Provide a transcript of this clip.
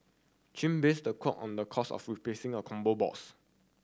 chin based the quote on the cost of replacing a combo box